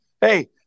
Hey